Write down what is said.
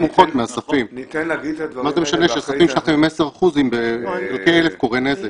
לא גורמת לתוצאות הרסניות כלפי החברה.